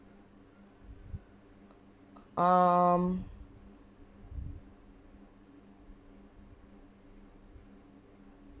um